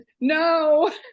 No